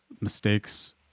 mistakes